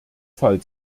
fall